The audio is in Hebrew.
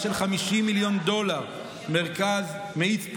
של 50 מיליון דולר מרכז מאיץ פרוטונים,